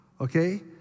okay